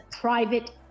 private